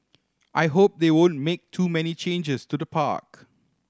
I hope they won't make too many changes to the park